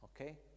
Okay